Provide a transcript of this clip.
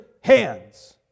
hands